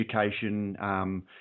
education